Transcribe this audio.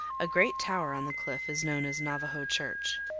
a great tower on the cliff is known as navajo church.